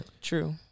true